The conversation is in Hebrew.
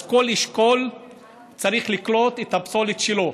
אז כל אשכול צריך לקלוט את הפסולת שלו.